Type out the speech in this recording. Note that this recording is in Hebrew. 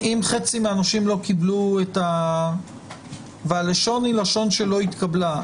אם חצי מהנושים לא קיבלו והלשון היא לשון שלא התקבלה,